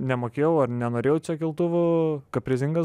nemokėjau ar nenorėjau čia keltuvu kaprizingas